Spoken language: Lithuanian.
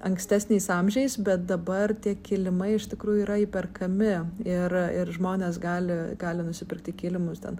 ankstesniais amžiais bet dabar tie kilimai iš tikrųjų yra įperkami ir ir žmonės gali gali nusipirkti kilimus ten